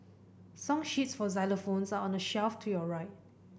song sheets for xylophones are on the shelf to your right